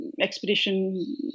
expedition